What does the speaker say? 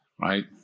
right